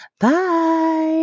bye